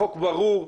החוק ברור,